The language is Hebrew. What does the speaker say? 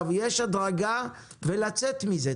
יש הדרגה כדי לצאת מזה.